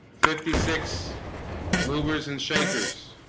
fifty-six movers and shakers